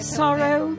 sorrow